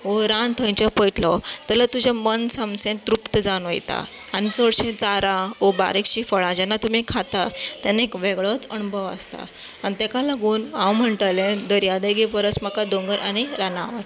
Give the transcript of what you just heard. वो रान थंयचें पयतलो जाल्यार तुजें मन समसें तृप्त जावन वयता आनी चडशीं चारां वो बारीकशीं फळां जेन्ना तुमी खाता तेन्ना एक वेगळोच अणभव आसता आनी तेका लागून हांव म्हणटलें दर्यादेगे परस म्हाका दोंगर आनी रानां आवडटा